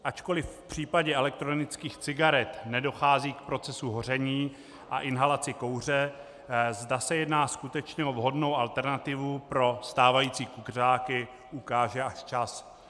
Ačkoliv v případě elektronických cigaret nedochází k procesu hoření a inhalaci kouře, zda se jedná skutečně o vhodnou alternativu pro stávající kuřáky, ukáže až čas.